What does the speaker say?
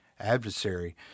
adversary